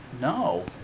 No